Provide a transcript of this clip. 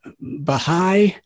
Baha'i